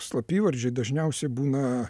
slapyvardžiai dažniausiai būna